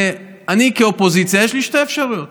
אני, כאופוזיציה, יש לי שתי אפשרויות: